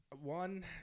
one